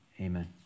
Amen